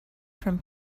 from